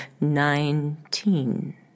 nineteen